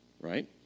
right